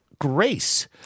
Grace